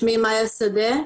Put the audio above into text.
שמי מיה שדה,